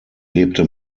lebte